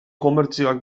komertzioak